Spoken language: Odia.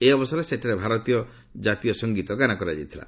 ଏହି ଅବସରରେ ସେଠାରେ ଭାରତୀୟ ଜାତୀୟ ସଂଗୀତ ଗାନ କରାଯାଇଥିଲା